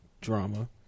drama